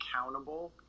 accountable